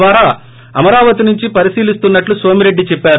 ద్యారా అమరావతి నుంచి పరిశీలిస్తునట్లు సోమిరెడ్డి చెప్పారు